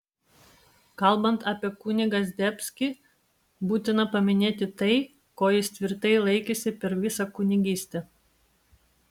kalbant apie kunigą zdebskį būtina paminėti tai ko jis tvirtai laikėsi per visą kunigystę